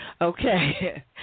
Okay